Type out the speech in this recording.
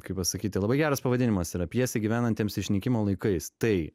kaip pasakyti labai geras pavadinimas yra pjesė gyvenantiems išnykimo laikais tai